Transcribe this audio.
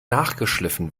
nachgeschliffen